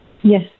yes